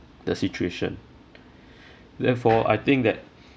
the situation therefore I think that